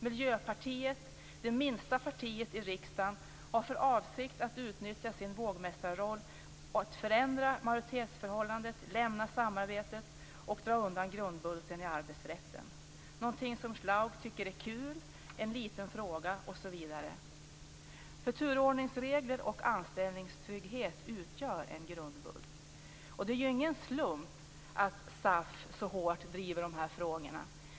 Miljöpartiet, det minsta partiet i riksdagen, har för avsikt att utnyttja sin vågmästarroll och att förändra majoritetsförhållandet, lämna samarbetet och dra undan grundbulten i arbetsrätten, något som Birger Schlaug tycker är kul, en liten fråga osv. Men turordningsregler och anställningstrygghet utgör en grundbult. Det är ingen slump att SAF så hårt driver de här frågorna.